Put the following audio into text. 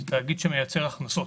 זה תאגיד שמייצר הכנסות.